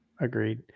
agreed